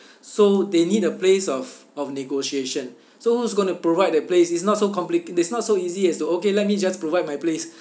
so they need a place of of negotiation so who's going to provide that place is not so complic~ it's not so easy as to okay let me just provide my place